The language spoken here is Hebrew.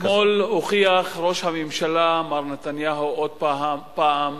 אתמול הוכיח ראש הממשלה, מר נתניהו, עוד פעם,